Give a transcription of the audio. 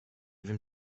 wiem